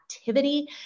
activity